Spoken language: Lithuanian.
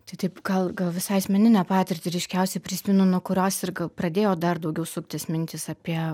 čia taip gal gal visai asmeninę patirtį ryškiausiai prisimenu nuo kurios ir gal pradėjo dar daugiau suktis mintys apie